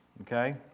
okay